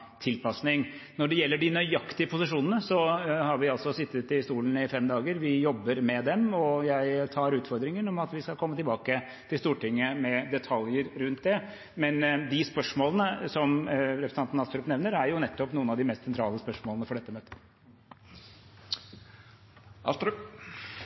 Når det gjelder de nøyaktige posisjonene, har vi altså sittet i stolen i fem dager. Vi jobber med dem, og jeg tar utfordringen om at vi skal komme tilbake til Stortinget med detaljer rundt det. Men de spørsmålene som representanten Astrup nevner, er jo nettopp noen av de mest sentrale spørsmålene for dette møtet.